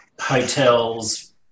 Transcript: hotels